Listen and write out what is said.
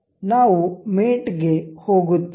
ನಾವು ಮೇಟ್ಗೆ ಹೋಗುತ್ತೇವೆ